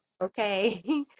Okay